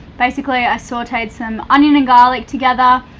basically, i sauteed some onion and garlic together,